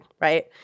right